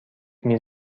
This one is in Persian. میز